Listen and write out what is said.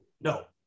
no